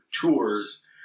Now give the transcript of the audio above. tours